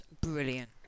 brilliant